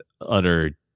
utter